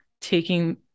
taking